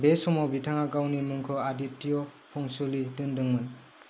बे समाव बिथाङा गावनि मुंखौ आदित्य पंचुली दोनदोंमोन